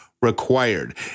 Required